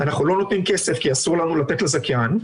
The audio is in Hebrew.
אנחנו לא נותנים כסף כי אסור לנו לתת לזכיין,